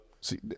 See